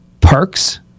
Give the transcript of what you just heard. perks